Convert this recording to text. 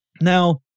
Now